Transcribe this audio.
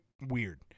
weird